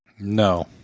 No